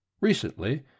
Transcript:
recently